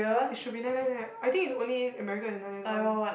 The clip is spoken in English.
it should be nine nine nine I think is only America is nine nine one